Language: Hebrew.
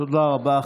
תודה רבה.